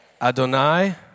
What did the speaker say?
Adonai